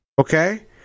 okay